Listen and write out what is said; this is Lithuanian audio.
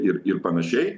ir ir panašiai